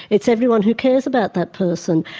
it's everyone who cares about that person.